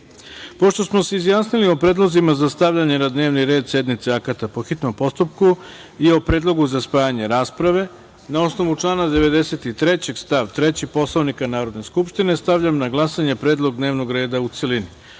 smo se izjasnili o predlozima na stavljanje na dnevni red sednice akata po hitnom postupku i o predlogu za spajanje rasprave, na osnovu člana 93. stav 3. Poslovnika Narodne skupštine stavljam na glasanje Predlog dnevnog reda, u celini. Molim